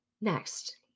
Next